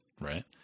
Right